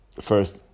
first